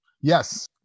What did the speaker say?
Yes